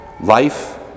life